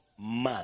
man